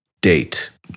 date